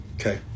Okay